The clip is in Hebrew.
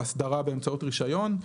לאסדרה באמצעות רישיון,